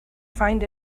find